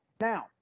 Now